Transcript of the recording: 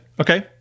Okay